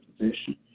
position